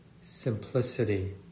simplicity